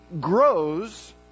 grows